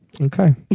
Okay